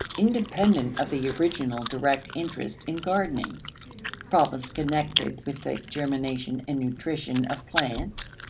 independent of the original direct interest in gardening problems connected with the germination and nutrition of plants,